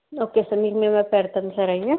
okay sir మీకు మేము పెడతాము సార్ అవి